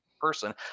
person